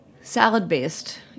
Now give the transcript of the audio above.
salad-based